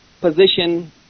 position